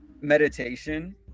Meditation